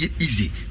easy